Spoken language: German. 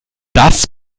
das